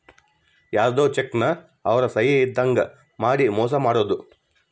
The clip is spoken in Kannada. ಯಾರ್ಧೊ ಚೆಕ್ ನ ಅವ್ರ ಸಹಿ ಇದ್ದಂಗ್ ಮಾಡಿ ಮೋಸ ಮಾಡೋದು